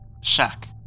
shack